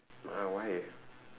!huh! why